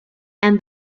and